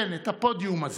כן, את הפודיום הזה.